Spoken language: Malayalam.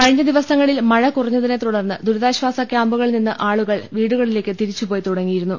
കഴിഞ്ഞ ദിവസങ്ങളിൽ മഴ കുറഞ്ഞതിനെ തുടർന്ന് ദുരിതാശ്വാസ ക്യാമ്പുകളിൽ നിന്നു ആളുകൾ വീടുകളിലേക്ക് തിരിച്ചു പോയി തുടങ്ങിയിരുന്നു